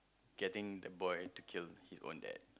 getting the boy to kill his own dad